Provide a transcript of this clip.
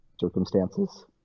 circumstances